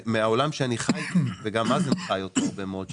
מהעולם שאני חי וגם מאזן חי אותו הרבה מאוד שנים.